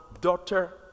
daughter